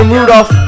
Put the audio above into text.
Rudolph